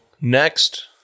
next